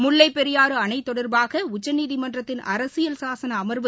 முல்லைப்பெரியாறு அணை தொடர்பாக உச்சநீதிமன்றத்தின் அரசியல் சாசன அமர்வு